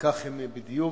כך הם בדיוק.